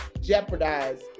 jeopardize